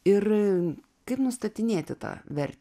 ir kaip nustatinėti tą vertę